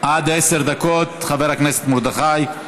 עד עשר דקות, חבר הכנסת מרדכי.